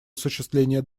осуществление